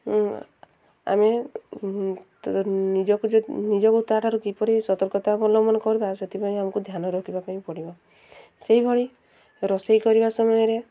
ଆମେ ନିଜକୁ ଯଦି ନିଜକୁ ତା'ଠାରୁ କିପରି ସତର୍କତା ଅବଲମ୍ବନ କରିବା ସେଥିପାଇଁ ଆମକୁ ଧ୍ୟାନ ରଖିବା ପାଇଁ ପଡ଼ିବ ସେଇଭଳି ରୋଷେଇ କରିବା ସମୟରେ